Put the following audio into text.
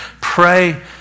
Pray